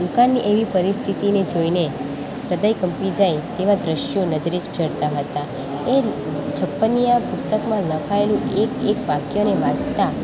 દુકાળની એવી પરિસ્થિતિને જોઈને હ્રદય કંપી જાય એવા દૃશ્યો નજરે ચડતા હતા એ છપ્પનિયા પુસ્તકમાં લખાયેલું એક એક વાક્યને વાંચતા